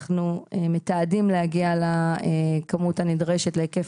אנחנו מתעדים להגיע לכמות הנדרשת להיקף